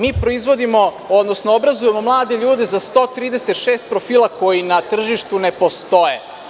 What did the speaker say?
Mi proizvodimo, odnosno obrazujemo mlade ljude za 136 profila koji na tržištu ne postoje.